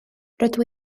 rydw